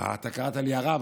אתה קראת לי הרב.